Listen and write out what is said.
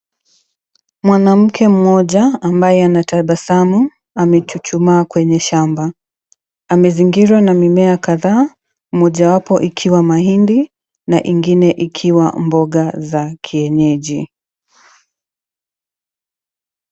Mwanamke mmoja ambaye anatabasamu amechuchumaa kwenye shamba. Amezingirwa na mimea kadhaa mojawapo ikiwa mahindi na ingine ikiwa mboga za kienyeji.